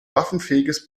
waffenfähiges